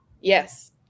Yes